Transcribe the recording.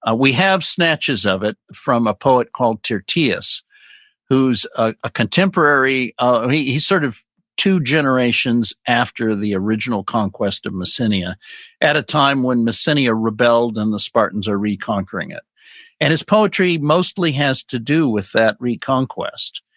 ah we have snatches of it from a poet called tortillas who's a contemporary, he's he's sort of two generations after the original conquest of messenia at a time when messenia rebelled and the spartans or reconquering it and his poetry mostly has to do with that reconquest,